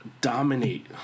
dominate